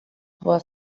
was